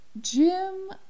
Jim